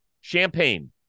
Champagne